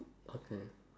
okay